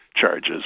charges